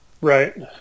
Right